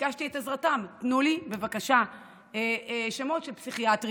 וביקשתי את עזרתם: תנו לי בבקשה שמות של פסיכיאטרים,